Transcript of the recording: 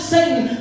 Satan